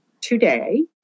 today